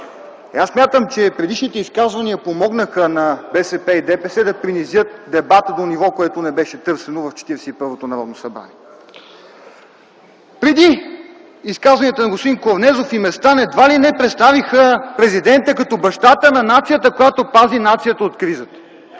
Аз смятам, че предишните изказвания помогнаха на БСП и ДПС да принизят дебата до ниво, което не беше търсено в 41-то Народно събрание. Изказванията на господин Корнезов и Местан едва ли не представиха президента като бащата на нацията, който пази нацията от кризата.